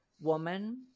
woman